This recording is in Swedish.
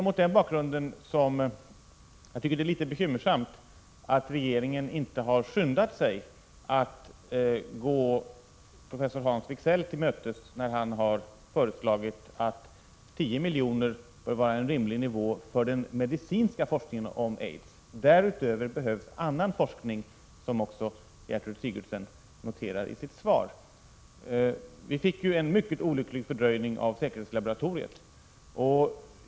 Mot den bakgrunden är det litet bekymmersamt att regeringen inte har skyndat sig att gå professor Hans Wigzell till mötes, när han uttalat att 10 milj.kr. bör vara en rimlig nivå för den medicinska forskningen om aids. Därutöver behövs annan forskning, som också Gertrud Sigurdsen noterar i sitt svar. Vi fick ju en mycket olycklig fördröjning av säkerhetslaboratoriet.